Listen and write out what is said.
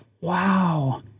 wow